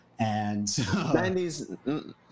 90s